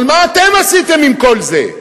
אבל מה אתם עשיתם עם כל זה?